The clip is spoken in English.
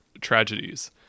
tragedies